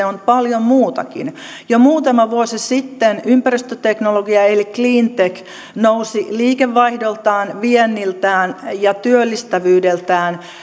on paljon muutakin jo muutama vuosi sitten ympäristöteknologia eli cleantech nousi liikevaihdoltaan vienniltään ja työllistävyydeltään